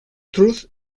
truth